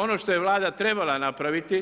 Ono što je Vlada trebala napraviti